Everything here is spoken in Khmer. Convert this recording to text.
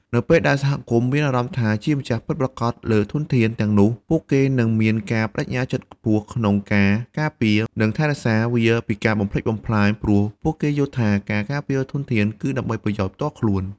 នៅពេលដែលសហគមន៍មានអារម្មណ៍ថា ជាម្ចាស់ពិតប្រាកដលើធនធានទាំងនោះ ពួកគេនឹងមានការប្ដេជ្ញាចិត្តខ្ពស់ក្នុងការការពារ និងថែរក្សាវាពីការបំផ្លិចបំផ្លាញ ព្រោះពួកគេយល់ថាការការពារធនធាន គឺដើម្បីប្រយោជន៍ផ្ទាល់ខ្លួន។